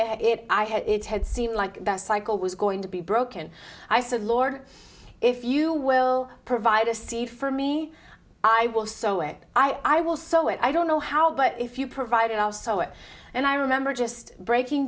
in it i had it had seemed like best cycle was going to be broken i said lord if you will provide a seed for me i will sew it i will sew it i don't know how but if you provided also it and i remember just breaking